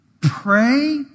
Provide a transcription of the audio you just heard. Pray